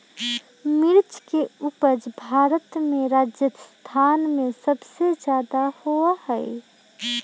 मिर्च के उपज भारत में राजस्थान में सबसे ज्यादा होबा हई